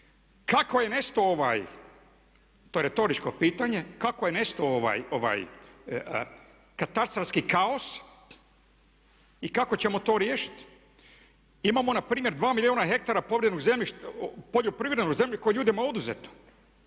kako je nestao ovaj, to je retoričko pitanje, kako je nestao katastarski kaos i kako ćemo to riješiti? Imamo na primjer 2 milijuna hektara poljoprivrednog zemljišta koje je ljudima oduzeto